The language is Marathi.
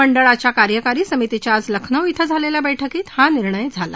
मंडळाच्या कार्यकारी समितीच्या आज लखनौ क्रें झालेल्या बैठकीत हा निर्णय झाला